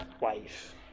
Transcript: wife